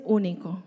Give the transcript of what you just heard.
único